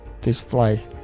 display